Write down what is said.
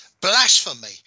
Blasphemy